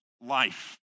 life